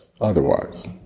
otherwise